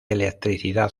electricidad